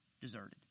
deserted